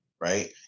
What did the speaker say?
Right